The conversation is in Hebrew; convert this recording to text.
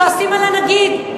כועסים על הנגיד,